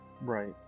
Right